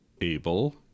able